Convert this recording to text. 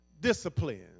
discipline